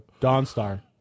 Dawnstar